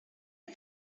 you